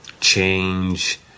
change